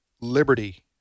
liberty